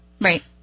Right